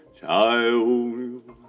child